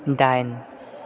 दाइन